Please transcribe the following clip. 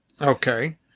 Okay